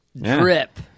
Drip